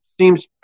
Seems